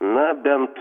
na bent